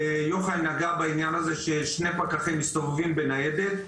יוחאי נגע בעניין הזה ששני פקחים מסתובבים בניידת.